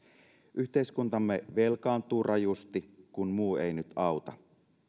yhteiskuntamme velkaantuu rajusti kun muu ei nyt auta